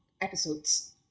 episodes